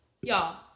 y'all